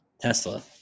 Tesla